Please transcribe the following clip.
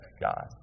God